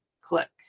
click